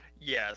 Yes